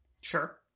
Sure